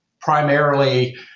primarily